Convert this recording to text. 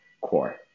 core